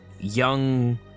young